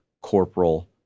corporal